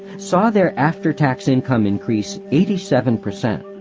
saw their after-tax income increase eighty seven percent.